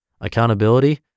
Accountability